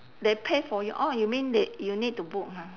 they pay for you orh you mean they you need to book ha